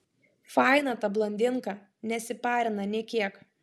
faina ta blondinka nesiparina nė kiek